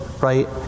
right